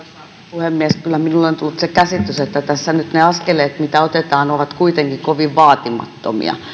puhemies kyllä minulle on tullut se käsitys että tässä nyt ne askeleet mitä otetaan ovat kuitenkin kovin vaatimattomia